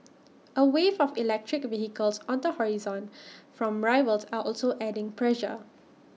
A wave of electric vehicles on the horizon from rivals are also adding pressure